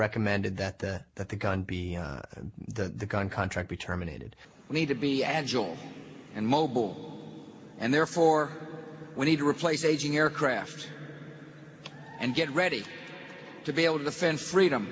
recommended that that that the gun be that the gun contract be terminated we need to be agile and mobile and therefore we need to replace aging aircraft and get ready to be able to defend freedom